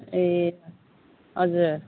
ए हजुर